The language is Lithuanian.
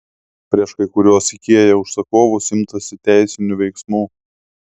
prieš kai kuriuos ikea užsakovus imtasi teisinių veiksmų